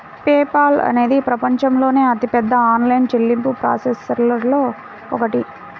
pay Paul అనేది ప్రపంచంలోని అతిపెద్ద ఆన్లైన్ చెల్లింపు ప్రాసెసర్లలో ఒకటి